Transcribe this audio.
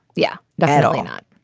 yeah, definitely not.